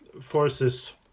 forces